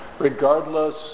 regardless